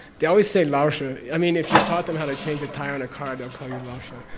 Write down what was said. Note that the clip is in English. they always say laoshi. i mean, if you taught them how to change a tire on a car they'll call you laoshi.